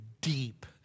deep